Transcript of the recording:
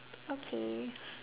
okay